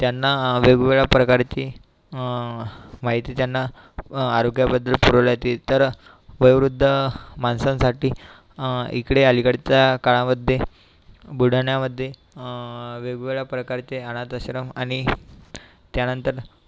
त्यांना वेगवेगळ्या प्रकारची माहिती त्यांना आरोग्याबद्दल पुरवल्यात येई तर वयोवृद्ध माणसांसाठी इकडे अलीकडच्या काळामध्ये बुलढाण्यामध्ये वेगवेगळ्या प्रकारचे अनाथाआश्रम आणि त्यानंतर